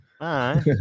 Aye